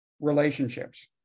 relationships